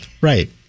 Right